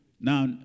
Now